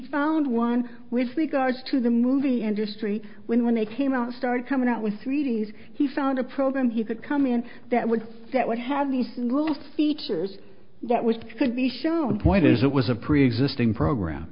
found one which the guards to the movie industry when they came out and started coming out with readings he found a program he could come in that would that would have these little features that was could be shown point is it was a preexisting program